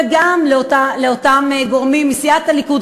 וגם לאותם גורמים מסיעת הליכוד,